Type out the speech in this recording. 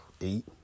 eight